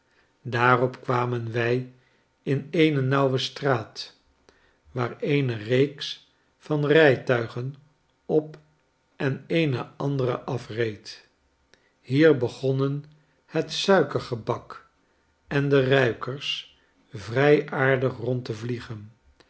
daarop kwamen wij in eene nauwe straat waar eene reeks van rijtuigen op en eene andere afreed hier begonnen het suikergebak en de ruikers vrij aardig rond te vliegen